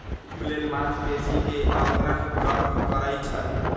कुसुम तेल मांसपेशी के अकड़न कम करई छई